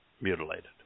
mutilated